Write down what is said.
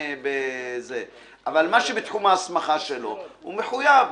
מה שבתחום הסמכתו, הוא מחויב.